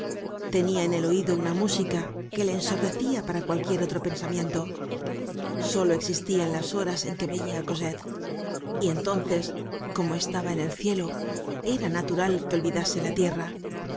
tenia en el oido una música que le ensordecia para cualquier otro pensamiento solo existia en las horas en que veia á cosette y entonces como estaba en el cielo era natural que olvidase la tierra